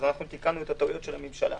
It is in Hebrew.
תיקנו את הטעויות של הממשלה.